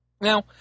Now